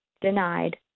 denied